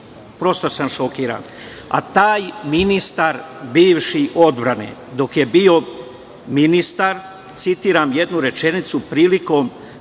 prosto sam šokiran. Taj bivši ministar odbrane, dok je bio ministar, citiram jednu rečenicu, prilikom